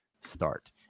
start